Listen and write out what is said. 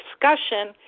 discussion